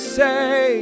say